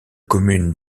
communes